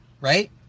right